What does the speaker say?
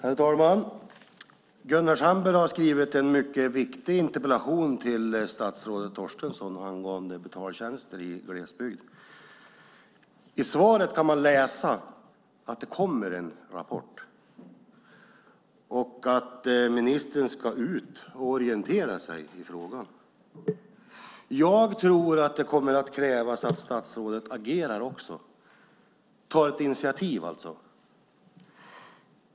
Herr talman! Gunnar Sandberg har skrivit en mycket viktig interpellation till statsrådet Torstensson angående betaltjänster i glesbygden. I svaret kan man läsa att det kommer en rapport och att ministern ska ut och orientera sig i frågan. Jag tror att det kommer att krävas att statsrådet också agerar och tar ett initiativ.